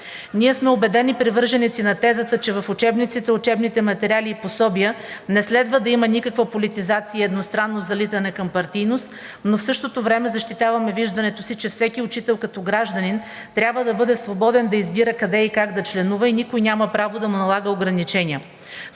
Ние сме убедени привърженици на тезата, че в учебниците, учебните материали и пособия не следва да има никаква политизация и едностранно залитане към партийност, но в същото време защитаваме виждането си, че всеки учител като гражданин трябва да бъде свободен да избира къде и как да членува и никой няма право да му налага ограничения.